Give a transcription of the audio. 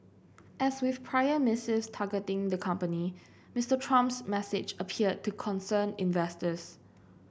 as with prior missives targeting the company Mister Trump's message appeared to concern investors